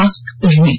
mask पहनें